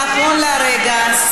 נכון לרגע זה,